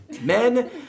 men